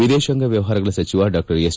ವಿದೇಶಾಂಗ ವ್ಯವಹಾರಗಳ ಸಚಿವ ಡಾ ಎಸ್